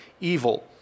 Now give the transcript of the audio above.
evil